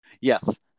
Yes